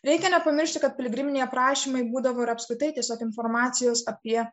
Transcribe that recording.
reikia nepamiršti kad piligriminiai aprašymai būdavo ir apskritai tiesiog informacijos apie